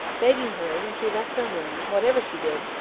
begging her, when she left her room, whatever she did,